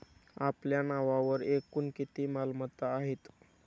आपल्या नावावर एकूण किती मालमत्ता आहेत?